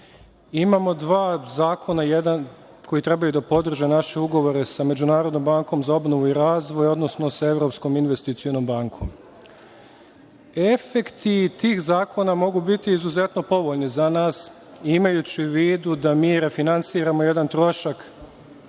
Imamo dva zakona, jedan koji trebaju da podrže naši ugovori sa Međunarodnom bankom za obnovu i razvoj, odnosno sa Evropskom investicionom bankom. Efekti tih zakona mogu biti izuzetno povoljni za nas, imajući u vidu da mi refinansiramo jedan trošak